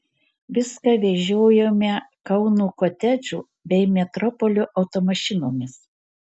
viską vežiojome kauno kotedžų bei metropolio automašinomis